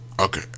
Okay